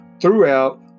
throughout